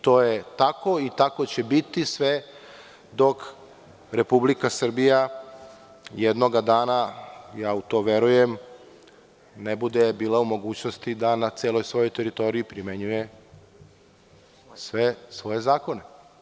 To je tako i tako će biti sve dok Republika Srbija jednog dana u to verujem bude bila u mogućnosti na svojoj teritoriji primenjuje sve svoje zakone.